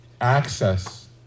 access